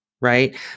Right